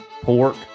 pork